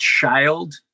child